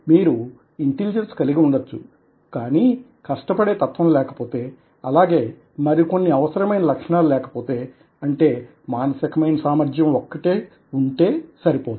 మీరు ఇంటెలిజెన్స్ కలిగివుండవచ్చు కానీ శ్రమపడే తత్వం లేకపోతే అలాగే మరికొన్ని అవసరమైన లక్షణాలు లేకపోతే అంటే మానసికమైన సామర్ధ్యం ఒక్కటే వుంటే సరిపోదు